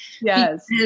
Yes